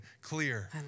clear